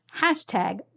Hashtag